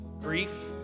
grief